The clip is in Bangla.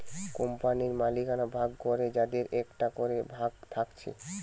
কোম্পানির মালিকানা ভাগ করে যাদের একটা করে ভাগ থাকছে